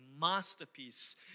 masterpiece